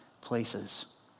places